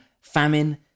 Famine